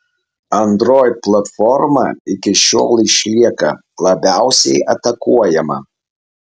android platforma iki šiol išlieka labiausiai atakuojama